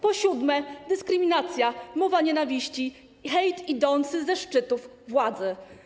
Po siódme, dyskryminacja, mowa nienawiści i hejt idące ze szczytów władzy.